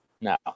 no